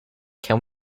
can